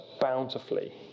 bountifully